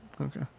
Okay